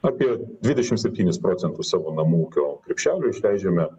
apie dvidešim septynis procentus savo namų ūkio krepšelio išleidžiame